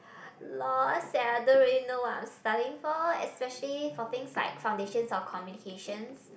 lost and I don't really know what I'm studying for especially for things like foundations of communications